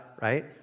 right